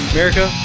America